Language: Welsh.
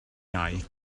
iau